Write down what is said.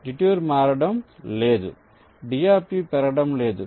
detour మారడం లేదు d పెరగడం లేదు